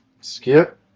Skip